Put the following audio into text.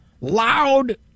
Loud